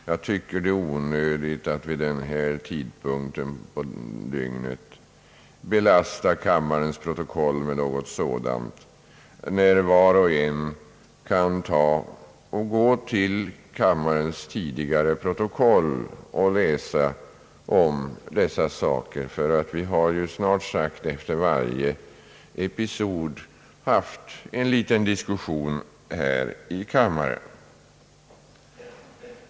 Jag tycker att det är onödigt att vid den här tidpunkten på dygnet belasta kammarens protokoll med något sådant när var och en kan gå till kammarens tidigare protokoll och läsa om dessa saker; vi har ju snart sagt efter varje episod haft en liten diskussion här i kammaren.